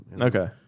Okay